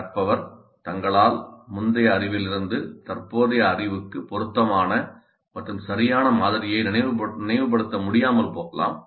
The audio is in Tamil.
கற்பவர் தங்களால் முந்தைய அறிவிலிருந்து தற்போதைய அறிவுக்கு பொருத்தமான மற்றும் சரியான மாதிரியை நினைவுபடுத்த முடியாமல் போகலாம்